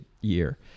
year